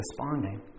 responding